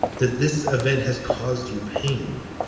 that this event has caused you pain.